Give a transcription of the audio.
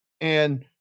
And-